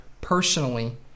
personally